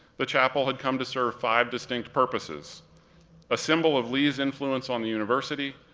the chapel had come to serve five distinct purposes a symbol of lee's influence on the university,